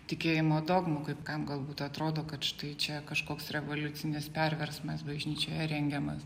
tikėjimo dogmų kaip kam galbūt atrodo kad štai čia kažkoks revoliucinis perversmas bažnyčioje rengiamas